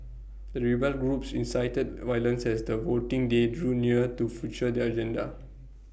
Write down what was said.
the rebel groups incited violence as the voting day drew near to future their agenda